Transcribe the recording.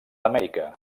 amèrica